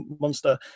monster